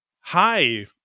hi